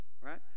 right